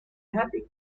happy